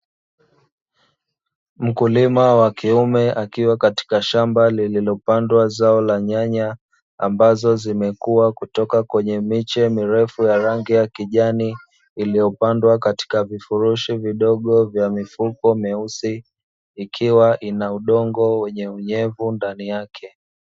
Mkulima wa kiume akiwa katika shamba lililolimwa nyanya, ambazo zimekua kutoka kwenye miche mirefu ya rangi ya kijani iliyopandwa katika vifurushi vidogo vya mifuko mieusi ikiwa ina udongo wenye unyevu unyevu ndani yake.